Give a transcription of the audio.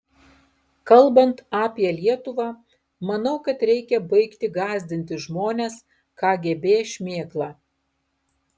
kalbant apie lietuvą manau kad reikia baigti gąsdinti žmones kgb šmėkla